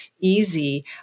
easy